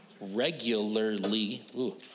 regularly